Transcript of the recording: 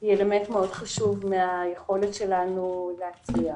היא אלמנט מאוד חשוב מהיכולת שלנו להצליח.